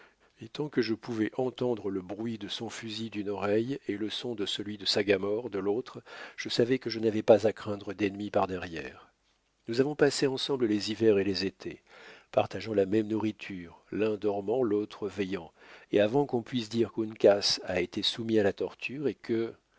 et tant que je pouvais entendre le bruit de son fusil d'une oreille et le son de celui du sagamore de l'autre je savais que je n'avais pas à craindre d'ennemis par derrière nous avons passé ensemble les hivers et les étés partageant la même nourriture l'un dormant l'autre veillant et avant qu'on puisse dire qu'uncas a été soumis à la torture et que